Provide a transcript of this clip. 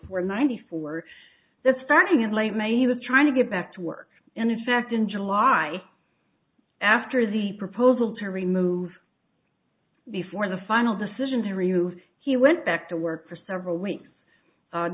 for ninety four that starting in late may he was trying to get back to work and in fact in july after the proposal to remove before the final decision to remove he went back to work for several weeks